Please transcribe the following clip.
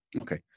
Okay